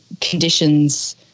conditions